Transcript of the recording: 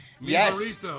yes